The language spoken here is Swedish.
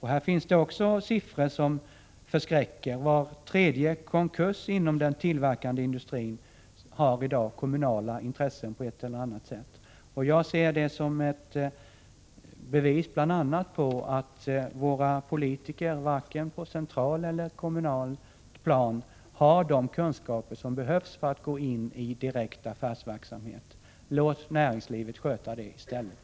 Här finns det också siffror som förskräcker. Var tredje konkurs inom den tillverkande industrin har i dag kommunala intressen på ett eller annat sätt. Jag ser det som ett bevis bl.a. på att våra politiker inte, varken på centralt eller kommunalt plan, har de kunskaper som behövs för att gå in i direkt affärsverksamhet. Låt näringslivet sköta det i stället!